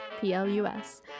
P-L-U-S